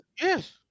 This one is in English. yes